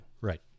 Right